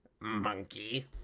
Monkey